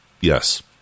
Yes